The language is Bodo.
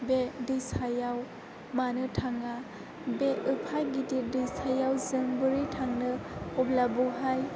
बे दैसायाव मानो थाङा बे एफा गिदिर दैसायाव जों बोरै थांनो अब्ला बेवहाय